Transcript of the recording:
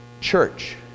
church